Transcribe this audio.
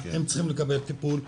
הם צריכים לקבל טיפול,